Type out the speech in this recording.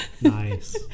nice